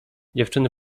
dziewczyny